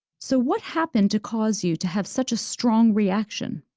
so, what happened to cause you to have such a strong reaction?